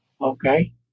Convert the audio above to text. okay